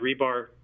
rebar